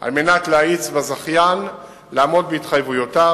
על מנת להאיץ בזכיין לעמוד בהתחייבויותיו.